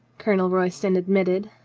colonel royston ad mitted,